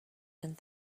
and